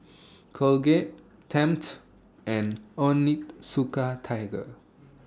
Colgate Tempt and Onitsuka Tiger